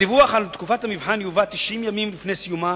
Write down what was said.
הדיווח על תקופת המבחן יובא 90 ימים לפני סיומה,